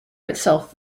itself